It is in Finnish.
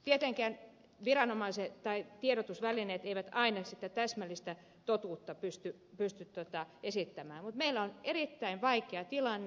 tietenkään viranomaiset tai tiedotusvälineet eivät aina sitä täsmällistä totuutta pysty esittämään mutta meillä on erittäin vaikea tilanne